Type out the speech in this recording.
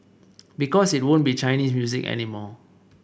because it won't be Chinese music any more